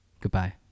Goodbye